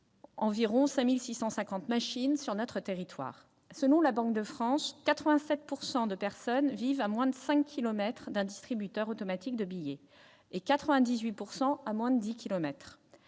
environ 56 650 machines sur notre territoire. Selon la Banque de France, 87 % des habitants vivent à moins de cinq kilomètres d'un distributeur automatique de billets, et 98 % à moins de dix